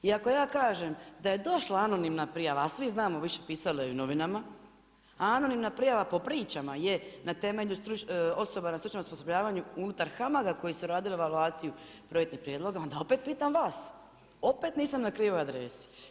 I ako ja kažem da je došla anonimna prijava, a svi znamo već je pisalo i u novinama, a anonimna prijava po pričama je na temelju, osoba na stručnom osposobljavanju unutar HAMAG-a koji su radili … projektnih prijedloga onda opet pitam vas, opet nisam na krivoj adresi.